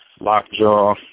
Lockjaw